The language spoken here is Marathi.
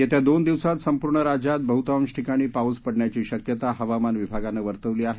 येत्या दोन दिवसात संपूर्ण राज्यात बहुतांश ठिकाणी पाऊस पडण्याची शक्यता हवामान विभागानं वर्तवली आहे